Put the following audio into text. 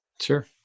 sure